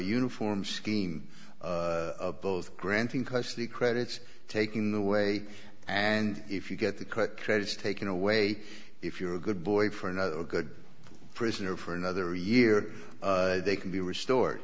uniform scheme both granting custody credits taking the way and if you get the quote credits taken away if you're a good boy for another good prisoner for another year they can be restored